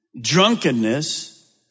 drunkenness